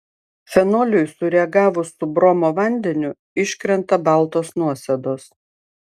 fenoliui sureagavus su bromo vandeniu iškrenta baltos nuosėdos